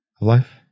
Life